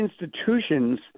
institutions